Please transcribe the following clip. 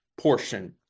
portion